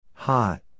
Hot